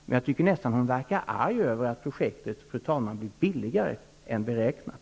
Jag tycker emellertid att det nästan verkar som om hon blir arg över, fru talman, att projektet blir billigare än beräknat.